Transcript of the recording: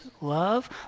love